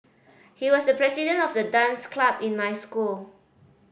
he was the president of the dance club in my school